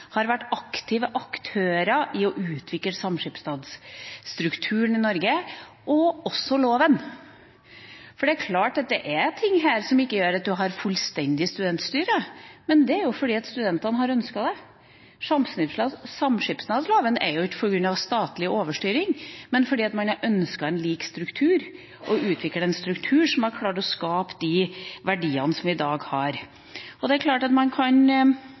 har vært aktive aktører i å utvikle samskipnadsstrukturen i Norge, og også loven. Det er klart at det er ting her som gjør at man ikke har fullstendig studentstyre, men det er fordi studentene har ønsket det. Studentsamskipnadsloven er jo ikke kommet på grunn av statlig overstyring, men fordi man har ønsket en lik struktur – å utvikle en struktur som har klart å skape de verdiene vi i dag har. Man kan forvalte disse verdiene på en klok måte, og det